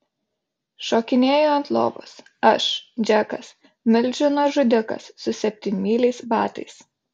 šokinėju ant lovos aš džekas milžino žudikas su septynmyliais batais